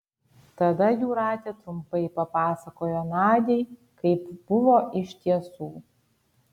tada jūratė trumpai papasakojo nadiai kaip buvo iš tiesų